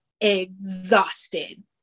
exhausted